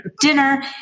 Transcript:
dinner